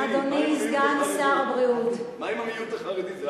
אדוני סגן שר הבריאות, מה עם המיעוט החרדי?